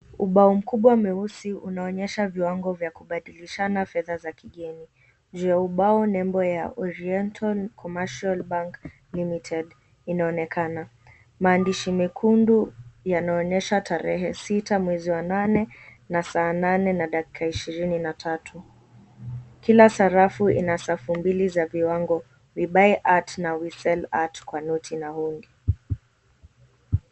Ubao mkubwa mweusi unaonyesha viwango vya kubadilishana fedha za kigeni. Juu ya ubao, nembo ya Oriental commercia bank limited Inaonekana. Maandishi mekundu yanaonyesha tarehe sita mwezi wa nane na saa nane na dakika ishirini na tatu. Kila sarafu ina safu mbili za viwango we buy at na we sell at kwa noti na hundi.